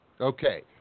okay